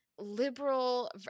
liberal